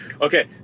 okay